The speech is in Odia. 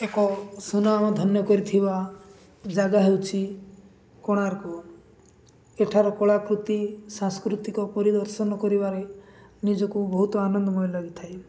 ଏକ ସୁନାମ ଧନ୍ୟ କରିଥିବା ଜାଗା ହେଉଛି କୋଣାର୍କ ଏଠାର କଳାକୃତି ସାଂସ୍କୃତିକ ପରିଦର୍ଶନ କରିବାରେ ନିଜକୁ ବହୁତ ଆନନ୍ଦମୟ ଲାଗିଥାଏ